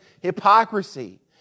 hypocrisy